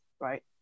right